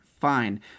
fine